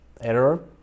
error